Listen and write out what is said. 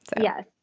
Yes